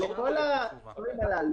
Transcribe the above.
רק להבין,